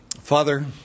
Father